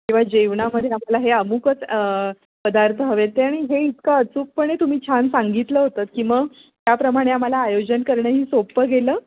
किंवा जेवणामध्ये आम्हाला हे अमूकच पदार्थ हवेत हे आणि हे इतकं अचूकपणे तुम्ही छान सांगितलं होतंत की मग त्याप्रमाणे आम्हाला आयोजन करणंही सोप्पं गेलं